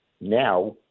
now